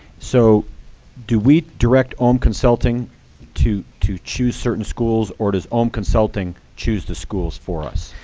so do we direct om consulting to to choose certain schools or does om consulting choose the schools for us?